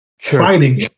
fighting